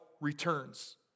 returns